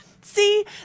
see